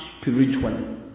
spiritually